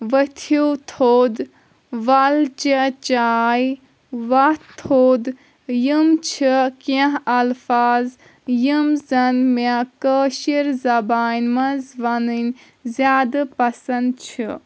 وٕتِھو تھوٚد وَل چےٚ چاے وَتھ تھوٚد یِم چھِ کیٚنٛہہ اَلفاظ یِم زَن مےٚ کٲشِر زبانہِ مَنٛز وَنٕنۍ زِیادٕ پَسَنٛد چھِ